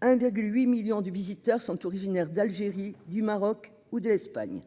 hein 8 millions de visiteurs sont originaires d'Algérie, du Maroc ou de l'Espagne,